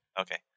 okay